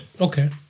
Okay